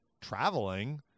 traveling